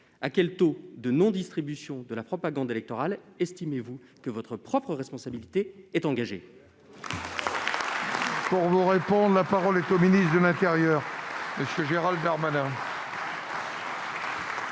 de quel taux de non-distribution de la propagande électorale estimez-vous que votre propre responsabilité est engagée ?